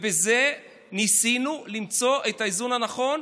בזה ניסינו למצוא את האיזון הנכון,